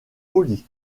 poli